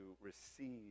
receive